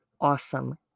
awesome